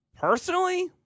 Personally